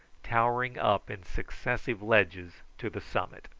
towering up in successive ledges to the summit.